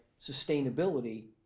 sustainability